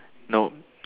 nope